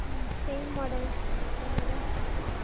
ம் chain model இந்த மாதிரி